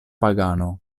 pagano